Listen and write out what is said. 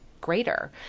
greater